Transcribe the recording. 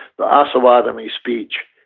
the um osawatomie speech,